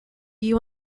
you